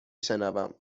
شنوم